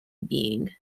being